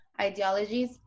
ideologies